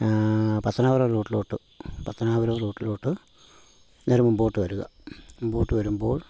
പത്തനാപുരം റൂട്ടിലോട്ട് പത്തനാപുരം റൂട്ടിലോട്ട് നേരെ മുൻപോട്ട് വരിക മുൻപോട്ട് വരുമ്പോൾ